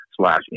slash